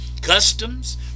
customs